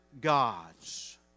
gods